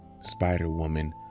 spider-woman